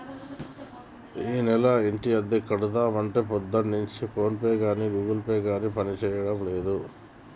ఈనెల ఇంటి అద్దె కడదామంటే పొద్దున్నుంచి ఫోన్ పే గాని గూగుల్ పే గాని పనిచేయడం లేదు